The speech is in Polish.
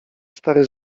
stary